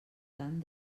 tant